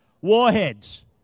warheads